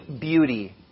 beauty